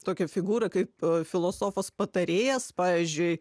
tokią figūrą kaip filosofas patarėjas pavyzdžiui